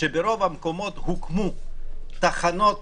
שברוב המקומות הוקמו תחנות